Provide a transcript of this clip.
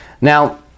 Now